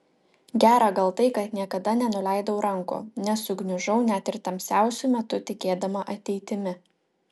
gera gal tai kad niekada nenuleidau rankų nesugniužau net ir tamsiausiu metu tikėdama ateitimi